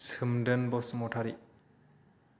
Somdon Basumatary